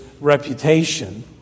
reputation